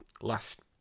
last